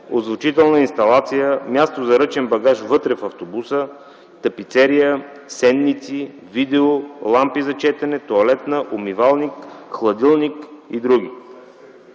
озвучителна инсталация; - място за ръчен багаж вътре в автобуса; - тапицерия; - сенници; - видео; - лампи за четене; - тоалетна; - умивалник; - хладилник и други.